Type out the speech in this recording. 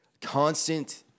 constant